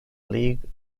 league